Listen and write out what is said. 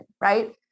Right